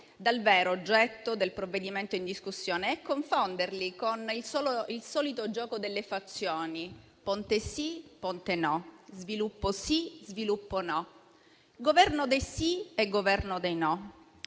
dal vero oggetto del provvedimento in discussione e confonderli con il solito gioco delle fazioni: Ponte sì, Ponte no; sviluppo sì, sviluppo no; Governo dei sì e Governo dei no.